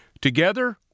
Together